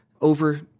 over